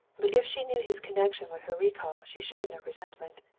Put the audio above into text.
but if she knew his connection with her recall she showed no resentment.